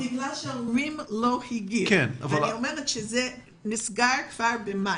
בגלל שהורים לא הגיעו, וזה נסגר כבר במאי.